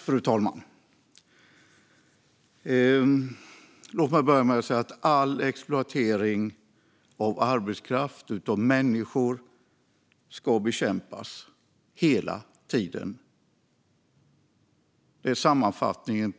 Fru talman! Låt mig börja med att säga att all exploatering av arbetskraft, av människor ska bekämpas hela tiden. Det är sammanfattningen